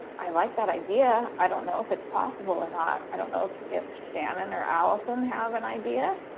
i like that idea, i don't know if it's possible or not. i don't know if if shannon or alison have an idea?